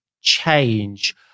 change